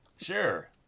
Sure